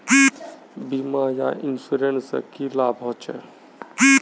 बीमा या इंश्योरेंस से की लाभ होचे?